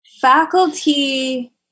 Faculty